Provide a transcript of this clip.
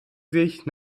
sich